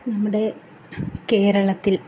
നമ്മുടെ കേരളത്തില്